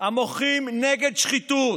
המוחים נגד שחיתות.